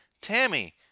tammy